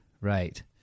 right